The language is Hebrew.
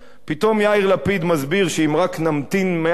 פתאום יאיר לפיד מסביר שאם רק נמתין מעט